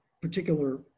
particular